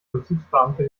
vollzugsbeamte